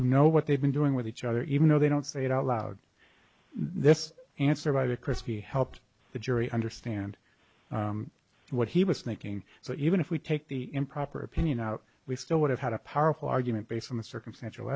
know what they've been doing with each other even though they don't say it out loud this answer by the christie helped the jury understand what he was thinking so even if we take the improper opinion out we still would have had a powerful argument based on the circumstantial